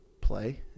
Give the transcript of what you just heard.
play